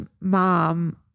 mom